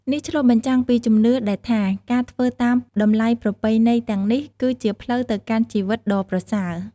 នេះឆ្លុះបញ្ចាំងពីជំនឿដែលថា ការធ្វើតាមតម្លៃប្រពៃណីទាំងនេះ គឺជាផ្លូវទៅកាន់ជីវិតដ៏ប្រសើរ។